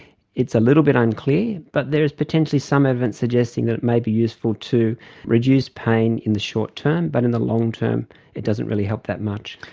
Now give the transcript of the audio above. it's a little bit unclear, but there is potentially some evidence suggesting that it may be useful to reduce pain in the short term, but in the long term it doesn't really help that much.